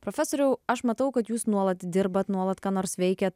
profesoriau aš matau kad jūs nuolat dirbat nuolat ką nors veikiat